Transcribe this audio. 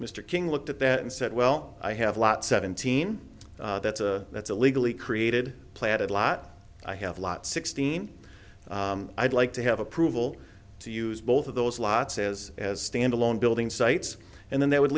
mr king looked at that and said well i have a lot seventeen that's a that's a legally created planted lot i have a lot sixteen i'd like to have approval to use both of those lots says as standalone building sites and then they would